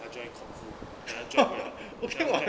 他 join kung fu then 他 join liao